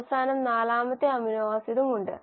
അവസാനം നാലാമത്തെ അമിനോ ആസിഡും ഉണ്ട്